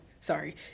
sorry